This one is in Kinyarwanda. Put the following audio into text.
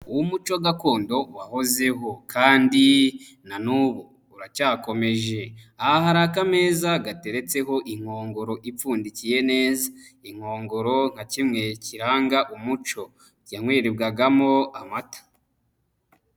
Uwo muco gakondo wahozeho kandi nan'ubu uracyakomejeriri, aha hari akameza gateretseho inkongoro ipfundikiye neza, inkongoro nka kimwe kiranga umuco, yanywerebwagamo amata.